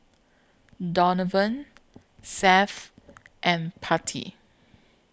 Donavon Seth and Patti